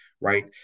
right